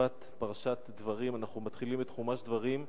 השבת פרשת דברים, אנחנו מתחילים את חומש דברים.